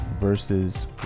versus